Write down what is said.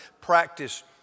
practice